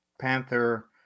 Panther